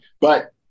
But-